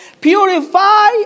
Purify